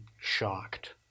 shocked